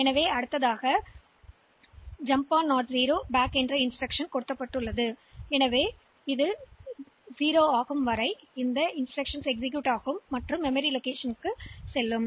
எனவே இப்போது மீண்டும் இங்கு வரும் இது அடுத்த நினைவக இருப்பிடத்தை அணுகி திருத்தும்